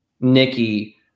Nikki